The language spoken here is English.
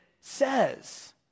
says